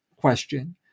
question